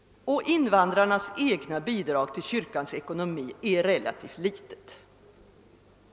Invandrarnas egna bidrag till kyrkans ekonomi är relativt små.